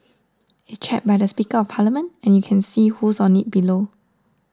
it's chaired by the Speaker of Parliament and you can see who's on it below